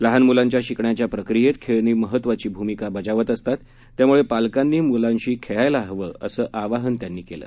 लहान मुलांच्या शिकण्याच्या प्रक्रियेत खेळणी महत्वाची भूमिका बजावत असतात त्यामुळे पालकांनी मुलांशी खेळायला हवं असं आवाहन त्यांनी केलं